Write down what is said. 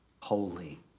holy